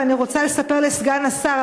ואני רוצה לספר לסגן השר,